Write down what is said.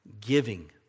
giving